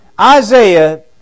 Isaiah